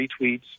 retweets